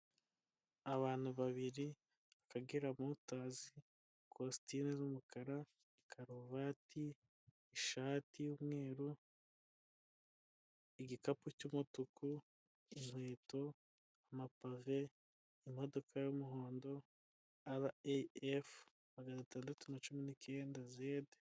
Iyi ngiyi ni inyubako nziza ifite ubusitani bwiza, ahangaha ni ahantu ushobora kuza ukicara ugafata ikawa nziza y'u Rwanda ukinywera ubundi ibintu bikamera neza.